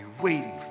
waiting